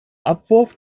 abwurf